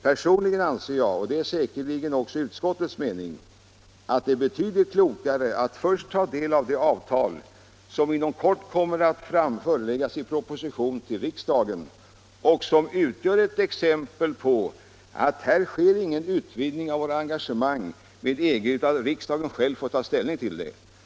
Personligen anser jag — och det är säkerligen också utskottets mening —- att det är betydligt klokare att först ta del av det avtal som inom kort kommer att föreläggas oss i en proposition till riksdagen och som utgör ett näraliggande exempel på att det inte sker någon utvidgning av vårt engagemang med EG utan att riksdagen först får ta ställning till ärendet.